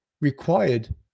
required